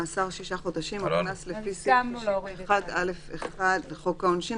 מאסר שישה חודשים קנס לפי סעיף 61(א)(1) לחוק העונשין,